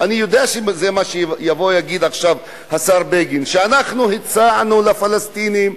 אני יודע שזה מה שיגיד עכשיו השר בגין: שאנחנו הצענו לפלסטינים,